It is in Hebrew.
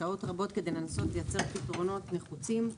שעות רבות כדי לנסות לייצר פתרונות נחוצים.